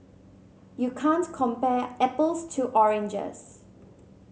you can't compare apples to oranges